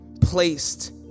placed